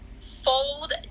Fold